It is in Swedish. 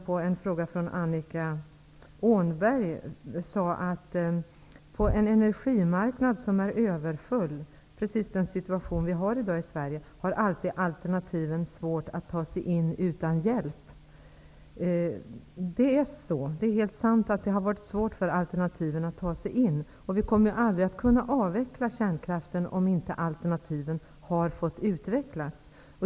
På en fråga från Annika Åhnberg sade miljöministern: ''På en energimarknad som är överfull -- precis den situation vi har i dag i Sverige -- har alltid alternativen svårt att ta sig in utan hjälp.'' Det är sant att det har varit svårt för alternativen att ta sig in. Vi kommer aldrig att kunna avveckla kärnkraften om alternativen inte har fått utvecklas.